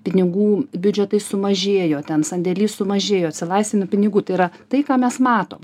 pinigų biudžete sumažėjo ten sandėlys sumažėjo atsilaisvino pinigų tai yra tai ką mes matom